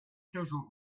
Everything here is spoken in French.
toujours